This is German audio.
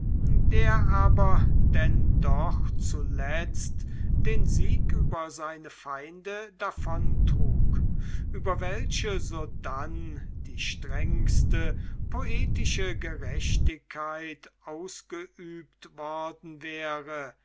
der aber denn doch zuletzt den sieg über seine feinde davontrug über welche sodann die strengste poetische gerechtigkeit ausgeübt worden wäre